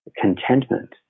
contentment